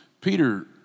Peter